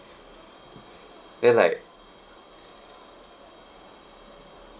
ya like